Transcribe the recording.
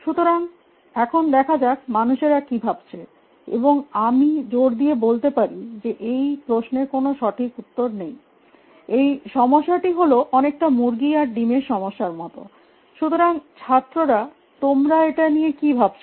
সুতরাং এখন দেখা যাক মানুষেরা কী ভাবছেএবং আমি জোর দিয়ে বলতে পারি যে এই প্রশ্নের কোনো সঠিক উত্তর নেই এই সমস্যাটি হল অনেকটা মুরগী আর ডিমের সমস্যার মত সুতরাং ছাত্ররা তোমরা এটা নিয়ে কী ভাবছো